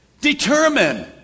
Determine